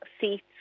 seats